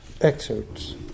excerpts